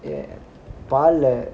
ya கால்ல:kaalla